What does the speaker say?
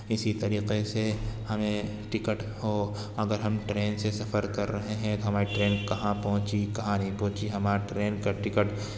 اسی طریقے سے ہمیں ٹکٹ ہو اگر ہم ٹرین سے سفر کر رہے ہیں ہماری ٹرین کہاں پہنچی کہاں نہیں پہنچی ہماری ٹرین کا ٹکٹ